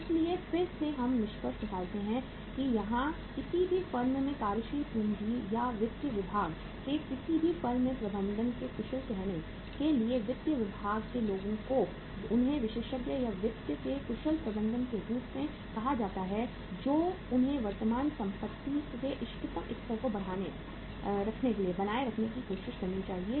इसलिए फिर से हम निष्कर्ष निकालते हैं यहां किसी भी फर्म में कार्यशील पूंजी या वित्त विभाग के किसी भी फर्म में प्रबंधक के कुशल कहने के लिए वित्त विभाग में लोगों को उन्हें विशेषज्ञ या वित्त के कुशल प्रबंधक के रूप में कहा जाता है जो उन्हें वर्तमान संपत्ति के इष्टतम स्तर को बनाए रखने की कोशिश करनी चाहिए